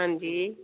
हां जी